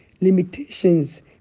Limitations